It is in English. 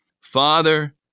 Father